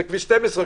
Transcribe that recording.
כביש 12,